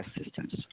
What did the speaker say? assistance